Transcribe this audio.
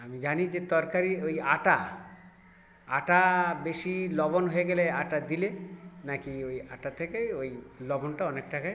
আমি জানি যে তরকারি ওই আটা আটা বেশি লবণ হয়ে গেলে আটা দিলে নাকি ওই আটা থেকে ওই লবণটা অনেকটাকে